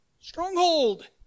Stronghold